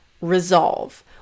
resolve